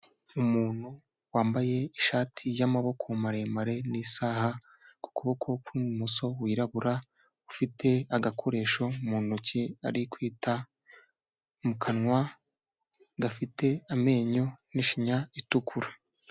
Umuntu wambaye ishati y'amaboko maremare n'isaha ku kuboko kw'ibumoso wirabura, ufite agakoresho mu ntoki ari kwita mu kanwa gafite amenyo n'ishinya itukura.